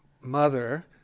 mother